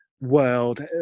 world